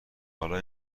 حالا